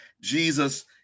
Jesus